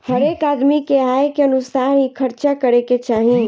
हरेक आदमी के आय के अनुसार ही खर्चा करे के चाही